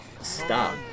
stop